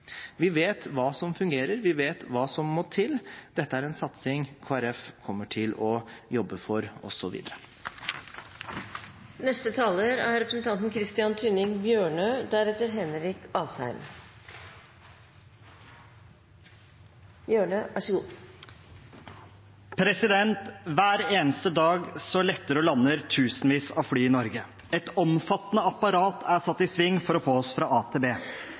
Vi vet hva som fungerer, vi vet hva som må til. Dette er en satsing som Kristelig Folkeparti kommer til å jobbe for også videre framover. Hver eneste dag letter og lander tusenvis av fly i Norge. Et omfattende apparat er satt i sving for å få oss fra